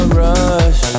rush